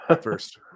first